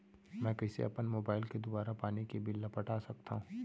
मैं कइसे अपन मोबाइल के दुवारा पानी के बिल ल पटा सकथव?